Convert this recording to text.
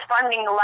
funding